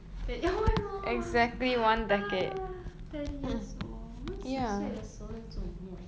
对 ya oh my god ah ten years old 我们十岁的时候在做什么